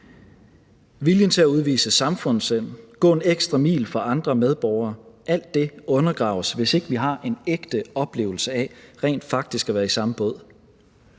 viljen til at udvise samfundssind, at gå en ekstra mil for andre medborgere – alt det undergraves, hvis vi ikke har en ægte oplevelse af rent faktisk at være i samme båd.